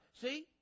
See